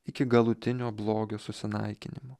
iki galutinio blogio susinaikinimo